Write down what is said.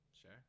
Sure